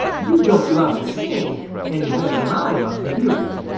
you don't love to sing any better than i love to hear you.